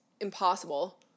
impossible